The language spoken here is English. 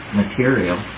material